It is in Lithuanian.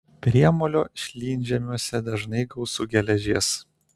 priemolio šlynžemiuose dažnai gausu geležies